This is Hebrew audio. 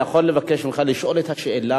אני יכול לבקש ממך לשאול את השאלה?